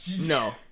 No